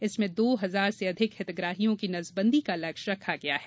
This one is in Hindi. जिसमें दो हजार से अधिक हितग्राहियों की नसबंदी का लक्ष्य रखा गया है